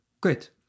Great